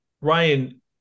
Ryan